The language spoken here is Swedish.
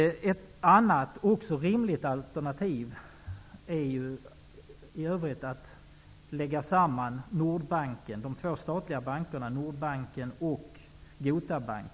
Ett annat och rimligt alternativ är att lägga samman de två statliga bankerna Nordbanken och Gota Bank.